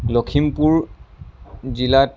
লখিমপুৰ জিলাত